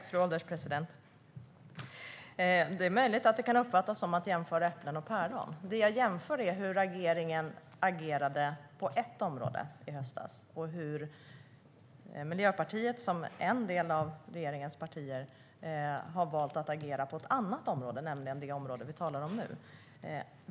Fru ålderspresident! Det är möjligt att det kan uppfattas som att jämföra äpplen och päron. Det jag jämför är hur regeringen agerade på ett område i höstas och hur Miljöpartiet, som en del av regeringen, har valt att agera på ett annat område, nämligen det område vi talar om nu.